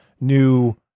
new